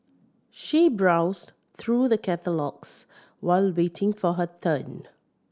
she browsed through the catalogues while waiting for her turn